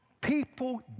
People